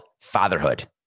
Fatherhood